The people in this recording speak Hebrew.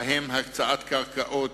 ובהם הקצאת קרקעות,